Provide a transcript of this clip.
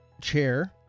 chair